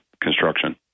construction